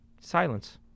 silence